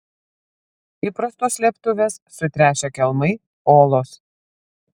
įprastos slėptuvės sutręšę kelmai olos